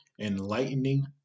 enlightening